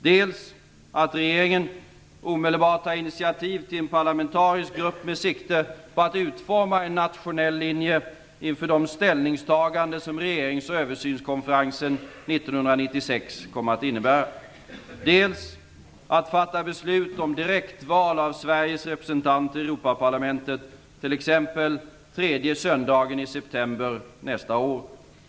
Dels att regeringen omedelbart tar initiativ till en parlamentariskt sammansatt grupp med sikte på att utforma en nationell linje inför de ställningstaganden som regerings och översynskonferensen 1996 kommer att göra. Dels att fatta beslut om direktval av tredje söndagen i september nästa år.